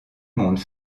monde